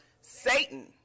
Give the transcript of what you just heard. Satan